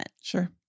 Sure